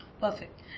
Perfect